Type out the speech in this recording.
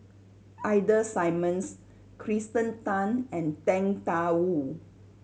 Ida Simmons Kirsten Tan and Tang Da Wu